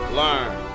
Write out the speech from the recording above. learn